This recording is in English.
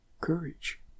courage